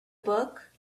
book